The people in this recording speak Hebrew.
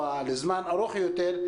או לזמן ארוך יותר,